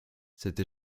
cette